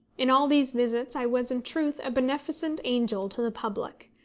in all these visits i was, in truth, a beneficent angel to the public,